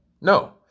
No